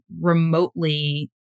remotely